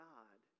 God